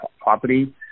property